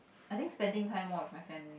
I think spending time more with my family